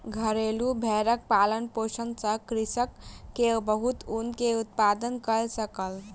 घरेलु भेड़क पालन पोषण सॅ कृषक के बहुत ऊन के उत्पादन कय सकल